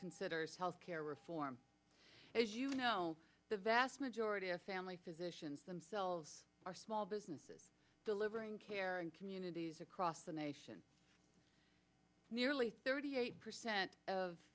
considers health care reform as you know the vast majority of family physicians themselves are small businesses delivering care in communities across the nation nearly thirty eight percent of